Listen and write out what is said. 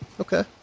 Okay